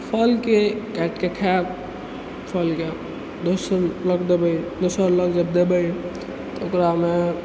आओर फलके काटिके खायब फलके दोसर लग देबै दोसर लग जे देबै ओकरामे